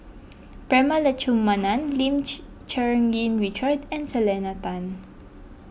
Prema Letchumanan Lim Cherng Yih Richard and Selena Tan